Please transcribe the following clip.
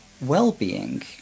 well-being